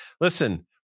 listen